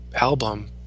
album